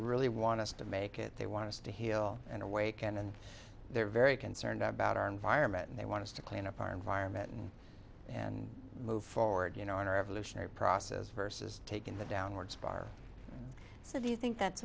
really want us to make it they want us to heal and awaken and they're very concerned about our environment and they want to clean up our environment and move forward you know in our evolutionary process versus taking the downward spiral so the you think that's